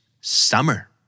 summer